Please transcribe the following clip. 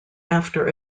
after